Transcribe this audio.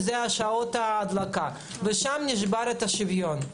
שהן שעות ההדלקה, ושם נשבר השוויון.